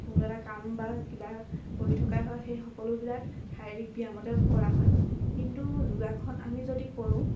কোনো এটা কাম বা কিবা কৰি থকা হয় সেই সকলোবিলাক শাৰীৰিক ব্যায়ামতে কৰা হয় কিন্তু যোগাসন আমি যদি কৰোঁ